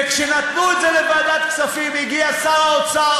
כשנתנו את זה לוועדת כספים הגיע שר האוצר,